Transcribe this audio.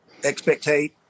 expectate